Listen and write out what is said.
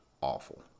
awful